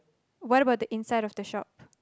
what about the inside of the shop